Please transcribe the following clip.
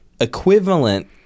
equivalent